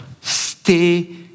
Stay